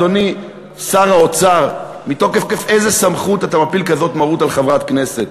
אדוני שר האוצר: מתוקף איזה סמכות אתה מפיל כזאת מרות על חברת כנסת?